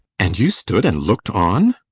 and you stood and looked on?